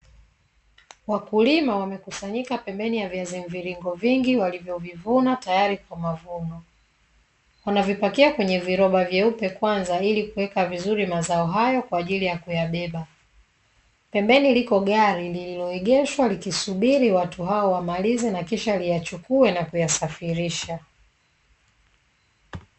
Wakulima wamekusanyika pembeni ya viazi mviringo vingi walivyovivuna tayari kwa mavuno, wanavipakia kwenye viroba vyeupe kwanza ili kuweka vizuri mazao hayo kwa ajili ya kuyabeba. Pembeni lipo gari lililoegeshwa likisubiri watu hao wamalize na kisha liyachukue na kuyasafirisha.